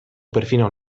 perfino